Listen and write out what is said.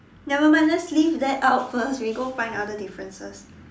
nevermind let's leave that out first we go find other differences